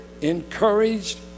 encouraged